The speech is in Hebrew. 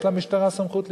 למשטרה יש סמכות להיכנס.